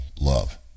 love